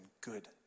good